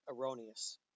erroneous